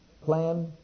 plan